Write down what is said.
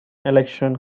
election